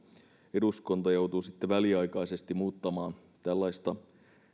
eduskunta joutuu sitten väliaikaisesti muuttamaan tällaista